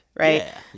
right